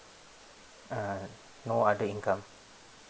uh no other income